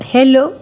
Hello